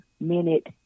minute